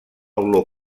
olor